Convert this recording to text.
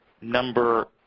number